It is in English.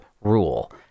rule